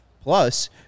plus